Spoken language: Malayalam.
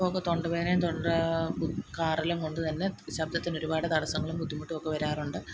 അപ്പോഴൊക്കെ തൊണ്ടവേദനയും തൊണ്ട കാറലും കൊണ്ട് തന്നെ ശബ്ദത്തിന് ഒരുപാട് തസ്സങ്ങളും ബുദ്ധിമുട്ടുവൊക്കെ വരാറുണ്ട്